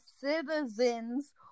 citizens